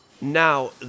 Now